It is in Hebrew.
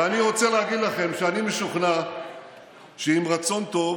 ואני רוצה להגיד לכם שאני משוכנע שעם רצון טוב